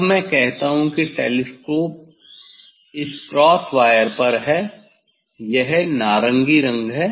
अब मैं कहता हूं कि टेलीस्कोप इस क्रॉस वायर पर है यह नारंगी रंग है